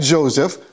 Joseph